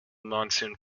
monsoon